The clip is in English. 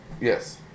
Yes